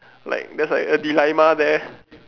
like that's like a dilemma there